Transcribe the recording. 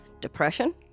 depression